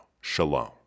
Shalom